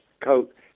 coat